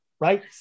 right